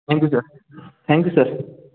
thank you sir thank you sir